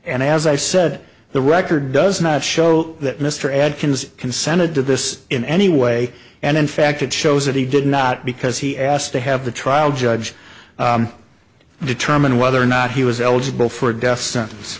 and as i said the record does not show that mr adkins consented to this in any way and in fact it shows that he did not because he asked to have the trial judge to determine whether or not he was eligible for a death sentence